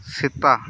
ᱥᱤᱛᱟᱸ